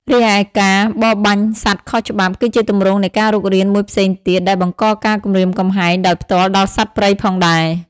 រីឯការបរបាញ់សត្វខុសច្បាប់ គឺជាទម្រង់នៃការរុករានមួយផ្សេងទៀតដែលបង្កការគំរាមកំហែងដោយផ្ទាល់ដល់សត្វព្រៃផងដែរ។